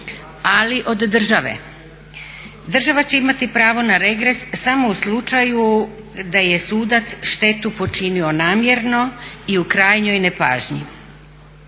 ali od države. Država će imati pravo na regres samo u slučaju da je sudac štetu počinio namjerno i u krajnjoj nepažnji.